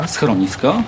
Schronisko